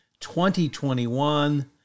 2021